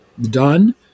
done